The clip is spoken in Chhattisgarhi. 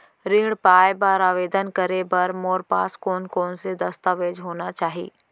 ऋण पाय बर आवेदन करे बर मोर पास कोन कोन से दस्तावेज होना चाही?